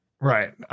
right